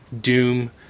Doom